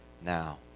now